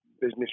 business